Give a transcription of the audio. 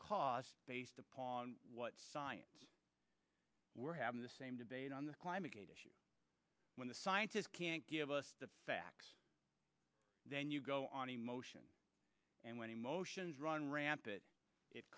because based upon what science we're having the same debate on the climate gate issue when the scientists can't give us the facts then you go on emotion and when emotions run rampant it